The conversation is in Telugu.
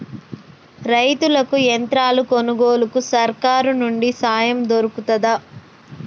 రైతులకి యంత్రాలు కొనుగోలుకు సర్కారు నుండి సాయం దొరుకుతదా?